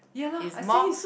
it's more